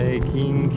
Taking